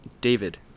David